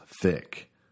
thick